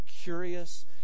curious